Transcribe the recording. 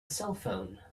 cellphone